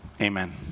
Amen